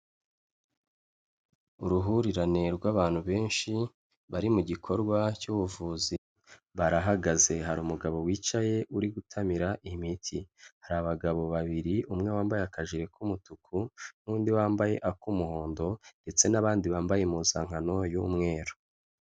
Uruhurirane rw'abantu benshi, bari mu gikorwa cy'ubuvuzi, barahagaze hari umugabo wicaye uri gutamira imiti, hari abagabo babiri umwe wambaye akajri k'umutuku, n'undi wambaye ak'umuhondo ndetse n'abandi bambaye impuzankano y'umweru.